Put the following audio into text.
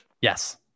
Yes